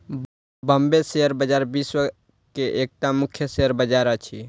Bombay share बजार विश्व के एकटा मुख्य शेयर बजार अछि